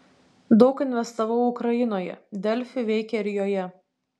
daug investavau ukrainoje delfi veikia ir joje